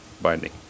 binding